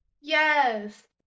Yes